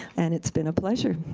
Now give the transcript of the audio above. and it's been a pleasure.